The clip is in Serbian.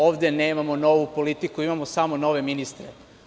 Ovde nemamo novu politiku, imamo samo nove ministre.